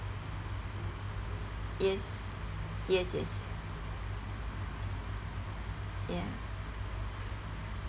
yes yes yes ya